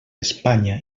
espanya